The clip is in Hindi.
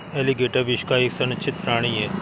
एलीगेटर विश्व का एक संरक्षित प्राणी है